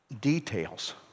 details